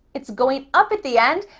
it's going up at the end.